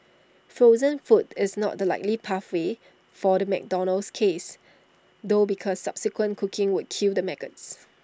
frozen food is not the likely pathway for the McDonald's case though because subsequent cooking would kill the maggots